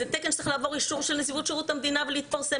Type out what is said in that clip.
זה תקן שצריך לעבור אישור של נציבות שירות המדינה ולהתפרסם.